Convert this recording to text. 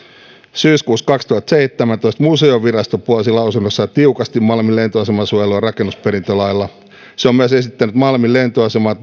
syyskuussa kaksituhattaseitsemäntoista museovirasto puolsi lausunnossaan tiukasti malmin lentoaseman suojelua rakennusperintölailla se on myös esittänyt malmin lentoasemaa